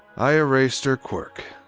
i erased her quirk.